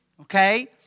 Okay